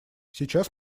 сейчас